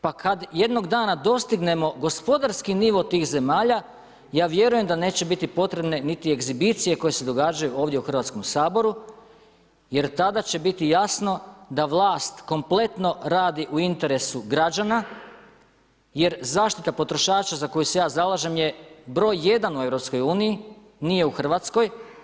Pa kad jednog dana dostignemo gospodarski nivo tih zemalja, ja vjerujem da neće biti potrebne niti egzibicije koje se događaju ovdje u Hrvatskom saboru jer tada će biti jasno da vlast kompletno radi u interesu građana, jer zaštita potrošača za koju se ja zalažem je broj jedan u Europskoj uniji, nije u Hrvatskoj.